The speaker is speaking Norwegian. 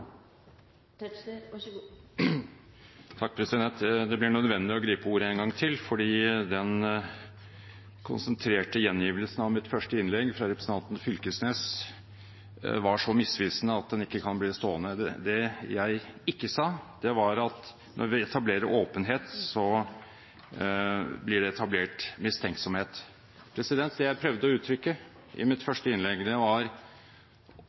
Det blir nødvendig å gripe ordet en gang til fordi den konsentrerte gjengivelsen av mitt første innlegg – fra representanten Knag Fylkesnes – var så misvisende at den ikke kan bli stående. Det jeg ikke sa, var at når vi etablerer åpenhet, så blir det etablert mistenksomhet. Det jeg prøvde å uttrykke i mitt første innlegg var: